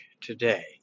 today